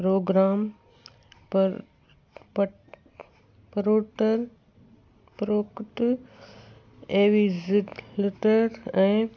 programme पर पट प्रोडर प्रोक्ट एवीज़िटर ऐं